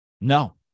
no